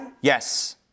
Yes